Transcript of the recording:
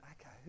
Okay